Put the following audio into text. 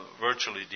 virtually